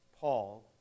Paul